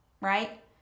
right